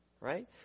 right